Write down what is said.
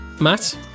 Matt